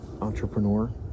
Entrepreneur